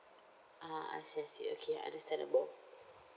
ah I see I see okay I understand it more